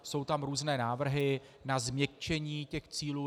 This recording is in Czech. Jsou tam různé návrhy na změkčení těch cílů.